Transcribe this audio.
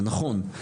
זה נכון,